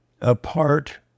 apart